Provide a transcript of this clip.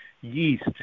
Yeast